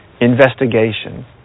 investigation